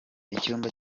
icyumba